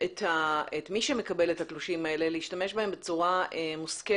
את מי שמקבל את התלושים האלה להשתמש בהם בצורה מושכלת,